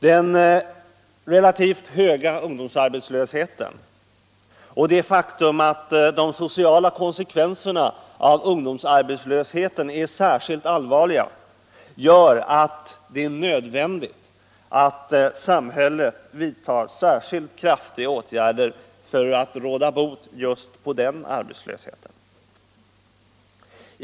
Den relativt höga ungdomsarbetslösheten och det faktum att de sociala konsekvenserna av den är särskilt allvarliga gör det nödvändigt att samhället vidtar speciellt kraftiga åtgärder för att råda bot på just den ar betslösheten.